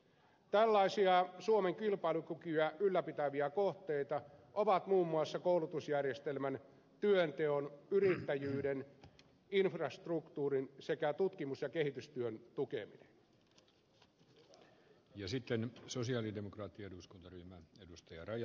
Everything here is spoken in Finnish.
tällaisia suomen kilpailukykyä ylläpitäviä kohteita ovat muun muassa koulutusjärjestelmän työnteon yrittäjyyden infrastruktuurin sekä tutkimus ja kehitystyön tukeminen